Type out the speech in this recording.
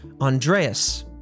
Andreas